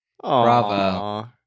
Bravo